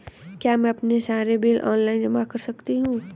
क्या मैं अपने सारे बिल ऑनलाइन जमा कर सकती हूँ?